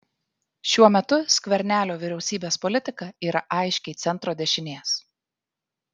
šiuo metu skvernelio vyriausybės politika yra aiškiai centro dešinės